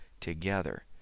together